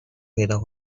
پیدا